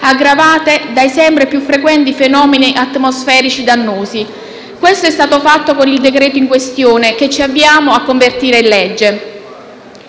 aggravati dai sempre più frequenti fenomeni atmosferici dannosi. Questo è stato fatto con il decreto-legge in questione che ci avviamo a convertire in legge.